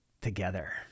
together